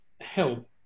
help